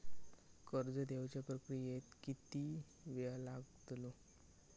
कर्ज देवच्या प्रक्रियेत किती येळ लागतलो?